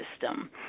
system